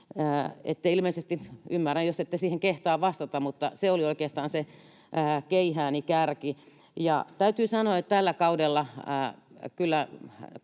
ilmeisesti ymmärrä, jos ette siihen kehtaa vastata, mutta se oli oikeastaan se keihääni kärki. Täytyy sanoa, että kyllä tällä kaudella